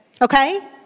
okay